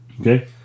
Okay